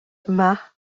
yma